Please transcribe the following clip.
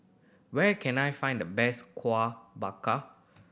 where can I find the best Kueh Dadar